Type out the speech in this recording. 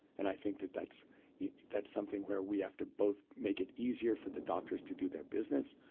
and i think that that's that's something where we have to both make it easier for the doctors to do their business,